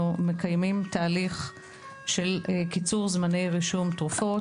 מקיימים תהליך של קיצור זמני רישום תרופות.